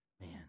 man